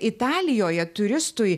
italijoje turistui